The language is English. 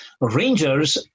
Rangers